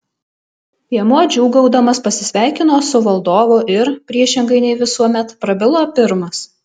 piemuo džiūgaudamas pasisveikino su valdovu ir priešingai nei visuomet prabilo pirmas